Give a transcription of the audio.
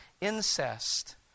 incest